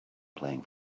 playing